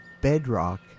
Bedrock